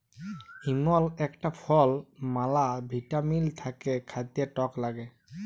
ইমল ইকটা ফল ম্যালা ভিটামিল থাক্যে খাতে টক লাগ্যে